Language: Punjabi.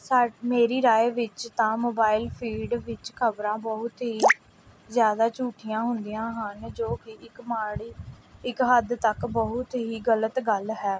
ਸਾ ਮੇਰੀ ਰਾਏ ਵਿੱਚ ਤਾਂ ਮੋਬਾਇਲ ਫੀਡ ਵਿੱਚ ਖਬਰਾਂ ਬਹੁਤ ਹੀ ਜ਼ਿਆਦਾ ਝੂਠੀਆਂ ਹੁੰਦੀਆਂ ਹਨ ਜੋ ਕਿ ਇੱਕ ਮਾੜੀ ਇੱਕ ਹੱਦ ਤੱਕ ਬਹੁਤ ਹੀ ਗਲਤ ਗੱਲ ਹੈ